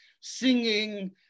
singing